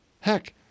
heck